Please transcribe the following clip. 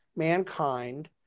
mankind